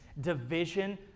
division